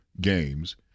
games